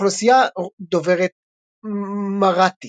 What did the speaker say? עם אוכלוסייה דוברת מראטהית.